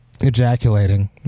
ejaculating